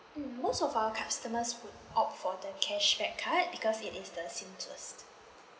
mm most of our customers would opt for the cashback card because it is the simplest